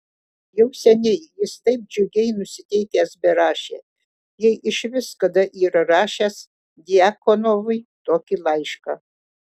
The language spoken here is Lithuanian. jau seniai jis taip džiugiai nusiteikęs berašė jei išvis kada yra rašęs djakonovui tokį laišką